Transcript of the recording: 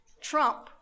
trump